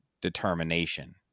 determination